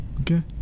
Okay